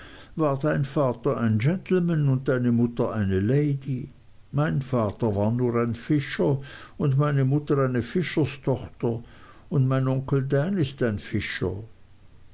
war dein vater ein gentleman und deine mutter eine lady mein vater war nur ein fischer und meine mutter eine fischerstochter und mein onkel dan ist ein fischer